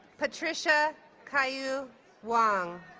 patricia kaiyu wong